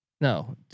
No